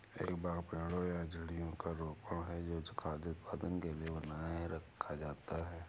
एक बाग पेड़ों या झाड़ियों का रोपण है जो खाद्य उत्पादन के लिए बनाए रखा जाता है